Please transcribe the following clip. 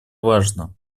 важно